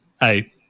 Hey